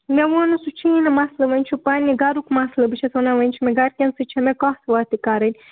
مےٚ ووٚن نہٕ سُہ چھُیی نہٕ مسلہٕ وۄنۍ چھُ پَنٛنہِ گَرُک مسلہٕ بہٕ چھَس ونان وۄنۍ چھُ مےٚ گَرِکٮ۪ن سۭتۍ چھےٚ مےٚ کَتھ وَتھ تہِ کَرٕنۍ